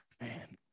Man